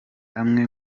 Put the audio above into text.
amwe